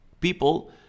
People